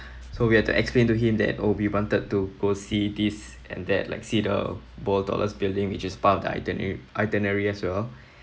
so we have to explain to him that oh we wanted to go see this and that like see the world's tallest building which is part of the itinerary itinerary as well